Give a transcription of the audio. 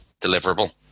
deliverable